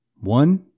One